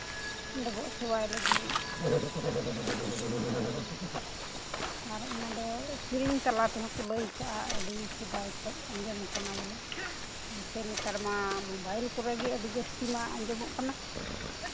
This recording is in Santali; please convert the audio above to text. ᱰᱚᱵᱚᱜ ᱥᱮᱵᱟᱭ ᱞᱟᱹᱜᱤᱫ ᱦᱮᱸ ᱦᱮᱸ ᱟᱨ ᱚᱱᱟᱫᱚ ᱥᱮᱨᱮᱧ ᱛᱟᱞᱟ ᱛᱮᱦᱚᱸ ᱠᱚ ᱞᱟᱹᱭ ᱠᱟᱜᱼᱟ ᱟᱹᱰᱤ ᱥᱮᱫᱟᱭ ᱠᱷᱚᱱ ᱟᱸᱡᱚᱢ ᱠᱟᱱᱟ ᱵᱚᱞᱮ ᱥᱮ ᱱᱮᱛᱟᱨ ᱢᱟ ᱢᱳᱵᱟᱭᱤᱞ ᱠᱚᱨᱮ ᱜᱮ ᱟᱹᱰᱤ ᱡᱟᱹᱥᱛᱤ ᱢᱟ ᱟᱸᱡᱚᱢᱚᱜ ᱠᱟᱱᱟ